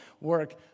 work